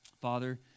Father